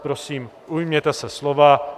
Prosím, ujměte se slova.